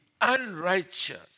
unrighteous